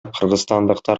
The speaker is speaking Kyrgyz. кыргызстандыктар